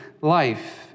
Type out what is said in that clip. life